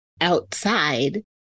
outside